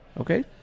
Okay